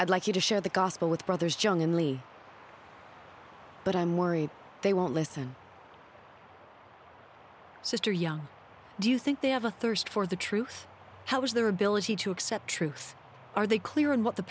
i'd like you to share the gospel with brothers jungly but i'm worried they won't listen sister young do you think they have a thirst for the truth how is their ability to accept truth are they clear in what the